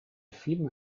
film